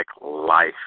life